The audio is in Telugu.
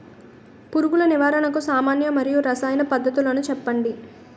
పురుగుల నివారణకు సామాన్య మరియు రసాయన పద్దతులను చెప్పండి?